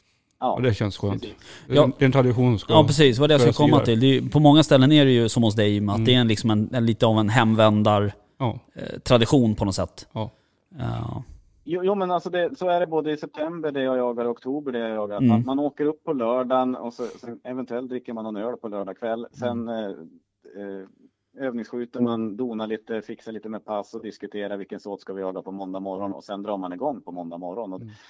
Ja, Ja, det känns skönt. precis. Det är Ja. en- det är en tradition ska- Ja, precis, vad jag ska skulle jag se komma där. till. Det är ju- på många ställen är det ju som hos dig med, att Mm. det är en liksom en- en lite av en hemvändar, Ja. eh, tradition på något sätt. Ja. Ja. Jo- jo, men alltså det- så är det både i september, det jag jagar, och oktober, det jag jagar. Att man- Mm. man åker upp på lördagen, och så- så eventuellt dricker man någon öl på lördagkväll. Mm. Sen, eh, eh, övningsskjuter man, donar lite, fixar lite med pass, och diskuterar vilken sort ska vi jaga på måndag morgon, och sen drar man igång på måndag morgon. Och- Mm.